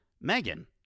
Megan